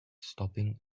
stopping